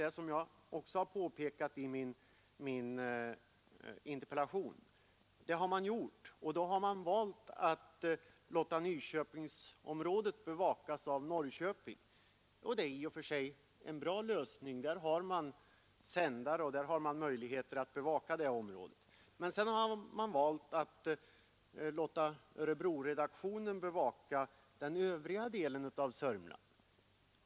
Det har jag också påpekat i min interpellation. Då har man valt att låta Nyköpingsområdet bevakas av Norrköping. Det är i och för sig en bra lösning. Där har man sändare och där har man möjligheter att bevaka det området. Men sedan har man valt att låta Örebroredaktionen bevaka den övriga delen av Södermanland.